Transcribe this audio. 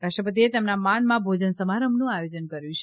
રાષ્ટ્રપતિએ તેમના માનમાં ભોજન સમારંભનું આયોજન કર્યું છે